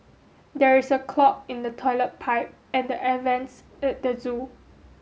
there is a clog in the toilet pipe and the air vents at the zoo